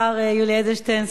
השר יולי אדלשטיין,